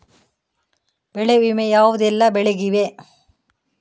ಬೆಳೆ ವಿಮೆ ಯಾವುದೆಲ್ಲ ಬೆಳೆಗಿದೆ?